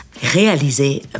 réalisé